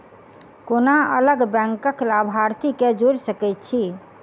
कोना अलग बैंकक लाभार्थी केँ जोड़ी सकैत छी?